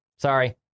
Sorry